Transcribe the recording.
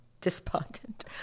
despondent